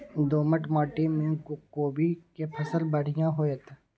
दोमट माटी में कोबी के फसल बढ़ीया होतय?